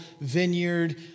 Vineyard